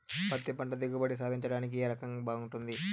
పత్తి పంట దిగుబడి సాధించడానికి ఏ రకం బాగుంటుంది?